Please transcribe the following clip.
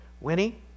Winnie